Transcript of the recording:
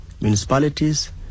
municipalities